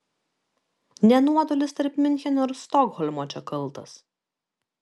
ne nuotolis tarp miuncheno ir stokholmo čia kaltas